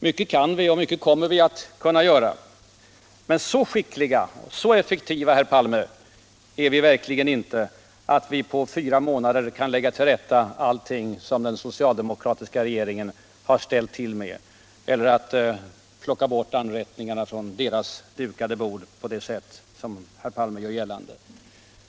Mycket kan vi och mycket kommer vi att kunna göra, men så skickliga och så effektiva, herr Palme, är vi verkligen inte att vi på fyra månader kan lägga till rätta allting som den socialdemokratiska regeringen ställt till med eller plocka bort anrättningarna från deras dukade bord på det sätt som herr Palme gör gällande.